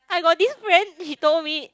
I got this friend he told me